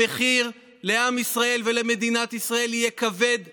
המחיר לעם ישראל ולמדינת ישראל יהיה כבד מאוד.